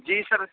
جی سر